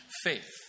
faith